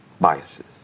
biases